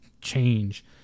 change